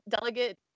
Delegate